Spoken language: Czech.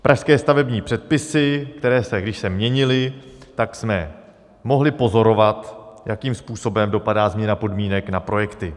Pražské stavební předpisy, které když se měnily, tak jsme mohli pozorovat, jakým způsobem dopadá změna podmínek na projekty.